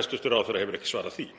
Hæstv. ráðherra hefur ekki svarað því.